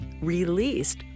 released